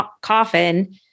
coffin